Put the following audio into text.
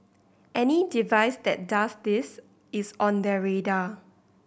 any device that does this is on their radar